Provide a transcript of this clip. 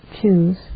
choose